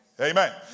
Amen